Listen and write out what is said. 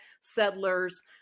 settlers